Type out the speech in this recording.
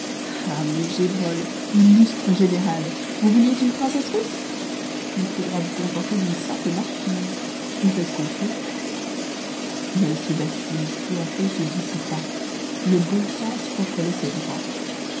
ah mons gévrol illustre général vous vouliez une princesse russe il faudra vous contenter d'une simple marquise on fait ce qu'on peut mais ce vertige peu à peu se dissipa le bon sens reprenait ses droits